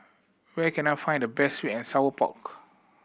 where can I find the best sweet and sour pork